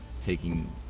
taking